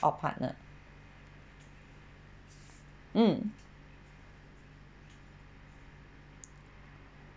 or partner mm